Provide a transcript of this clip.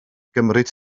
gymryd